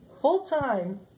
full-time